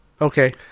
Okay